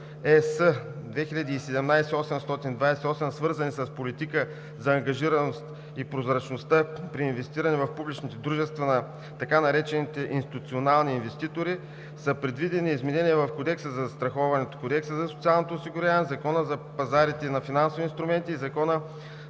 (ЕС) 2017/828, свързани с политика за ангажираност и прозрачността при инвестиране в публичните дружества на така наречените институционални инвеститори, са предвидени изменения в Кодекса за застраховането, Кодекса за социалното осигуряване, Закона за пазарите на финансови инструменти и Закона